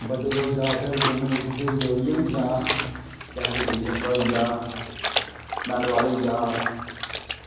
बड्डे लोग जादातर गेमां जेह्कियां खेलदे ओह् इयै हेंदिया केह् आक्खदे चिड़ी छिक्का होइया बैट बॉल होइया